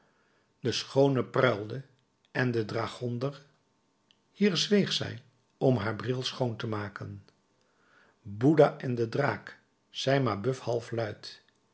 de schoone pruilde en de dragonder hier zweeg zij om haar bril schoon te maken bouddha en de draak zei mabeuf halfluid